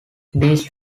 these